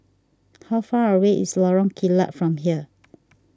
how far away is Lorong Kilat from here